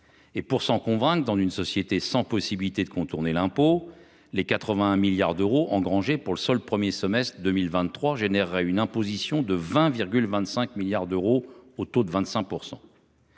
Pour s’en convaincre, dans une société qui n’aurait pas de possibilité de contourner l’impôt, les 81 milliards d’euros engrangés pour le seul premier semestre 2023 généreraient une imposition de 20,25 milliards d’euros au taux de 25 %.